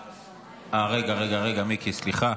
רגע, מיקי, סליחה.